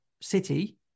City